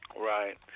Right